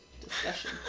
discussion